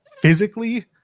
physically